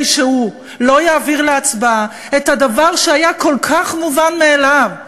שהוא לא יעביר להצבעה את הדבר שהיה כל כך מובן מאליו,